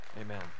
Amen